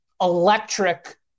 electric